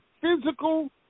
physical